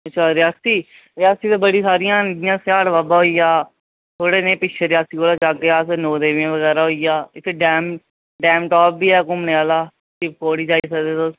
अच्छा रियासी रियासी ते बड़ी सारियां न जियां सिआढ़ बाबा होई गेआ थोह्ड़े नेईं पिच्छे रियासी कोला जाह्गे अस नौ देवियां बगैरा होई गेआ इत्थै डैम डैमटॉप बी ऐ घुम्मने आह्ला शिवखोड़ी जाई सकदे तुस